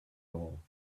hole